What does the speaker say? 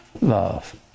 love